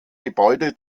gebäude